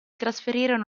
trasferirono